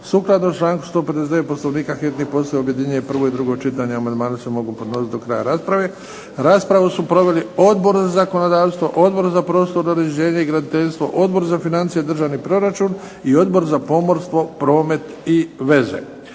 Sukladno članku 159. Poslovnika hitni postupak objedinjuje prvo i drugo čitanje. Amandmani se mogu podnositi do kraja rasprave. Raspravu su proveli Odbor za zakonodavstvo, Odbor za prostorno uređenje i graditeljstvo, Odbor za financije i državni proračun i Odbor za pomorstvo, promet i veze.